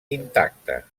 intacta